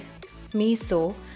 miso